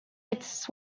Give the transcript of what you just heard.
its